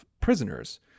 prisoners